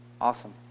Awesome